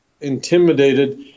intimidated